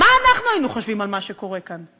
מה אנחנו היינו חושבים על מה שקורה כאן?